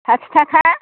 साथि थाखा